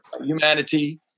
humanity